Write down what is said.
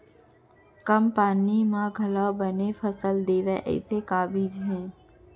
कम पानी मा घलव बने फसल देवय ऐसे का बीज हे?